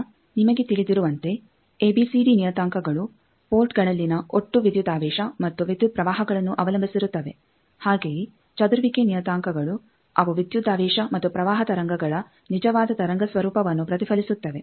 ಈಗ ನಿಮಗೆ ತಿಳಿದಿರುವಂತೆ ಎಬಿಸಿಡಿ ನಿಯತಾಂಕಗಳು ಪೋರ್ಟ್ಗಳಲ್ಲಿನ ಒಟ್ಟು ವಿದ್ಯುದಾವೇಶ ಮತ್ತು ವಿದ್ಯುತ್ ಪ್ರವಾಹಗಳನ್ನು ಅವಲಂಬಿಸಿರುತ್ತವೆ ಹಾಗೆಯೇ ಚದುರುವಿಕೆ ನಿಯತಾಂಕಗಳು ಅವು ವಿದ್ಯುದಾವೇಶ ಮತ್ತು ಪ್ರವಾಹ ತರಂಗಗಳ ನಿಜವಾದ ತರಂಗ ಸ್ವರೂಪವನ್ನು ಪ್ರತಿಫಲಿಸುತ್ತವೆ